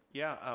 yeah.